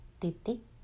titik